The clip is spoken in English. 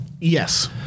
Yes